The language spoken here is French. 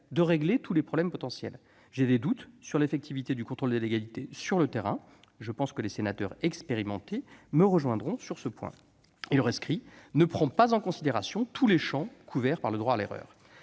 de régler tous les problèmes potentiels. J'ai des doutes sur l'effectivité du contrôle de légalité sur le terrain ; je pense que les sénateurs expérimentés me rejoindront sur ce point. Par ailleurs, le rescrit ne prend pas en considération tous les champs couverts par le droit à l'erreur.